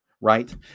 right